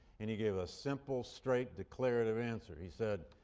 and he gave a simple, straight, declarative answer. he said,